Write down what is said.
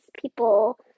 people